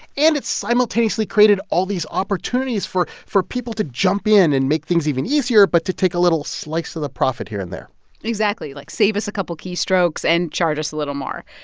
and it's simultaneously created all these opportunities for for people to jump in and make things even easier but to take a little slice of the profit here and there exactly. like, save us a couple of keystrokes and charge us a little more.